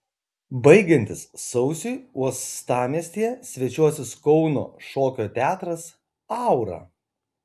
baigiantis sausiui uostamiestyje svečiuosis kauno šokio teatras aura